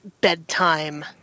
bedtime